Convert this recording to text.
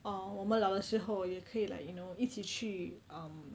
uh 我们老的时候也可以 like you know 一起去 um